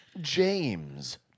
James